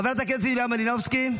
חברת הכנסת יוליה מלינובסקי,